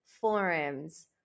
forums